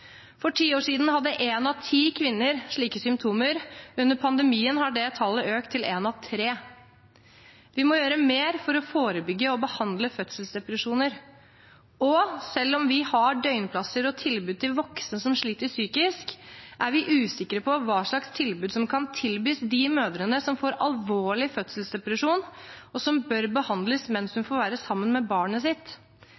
For ti år siden hadde én av ti kvinner slike symptomer. Under pandemien har det tallet økt til én av tre. Vi må gjøre mer for å forebygge og behandle fødselsdepresjoner, og selv om vi har døgnplasser og tilbud til voksne som sliter psykisk, er vi usikre på hva slags tilbud som kan tilbys de mødrene som får alvorlige fødselsdepresjon, og som bør behandles mens